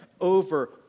over